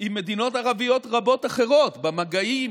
עם מדינות ערביות רבות אחרות, במגעים,